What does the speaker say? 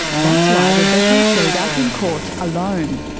that's why rebecca showed up in court alone.